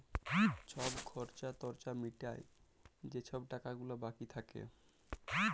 ছব খর্চা টর্চা মিটায় যে ছব টাকা গুলা বাকি থ্যাকে